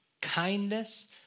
kindness